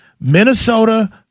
Minnesota